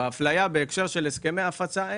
בהפליה בהקשר של הסכמי הפצה,